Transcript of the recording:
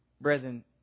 Brethren